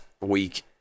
week